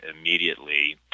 immediately